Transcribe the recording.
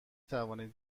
توانید